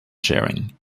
sharing